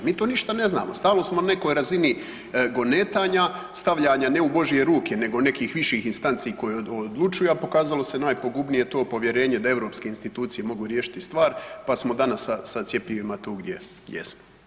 Mi to ništa ne znamo, stalno smo na nekoj razini gonetanja, stavljanja ne u Božje ruke nego nekih viših instanci koje odlučuju, a pokazalo se najpogubnije to povjerenje da europske institucije mogu riješiti stvar, pa smo danas sa cjepivima tu gdje jesmo.